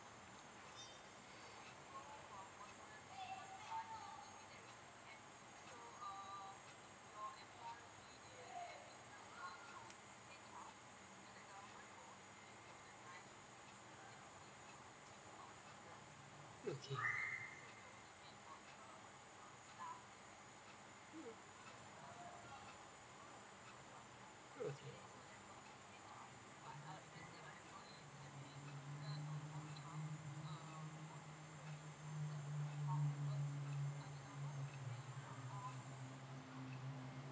okay